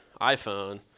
iPhone